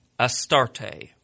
Astarte